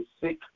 sick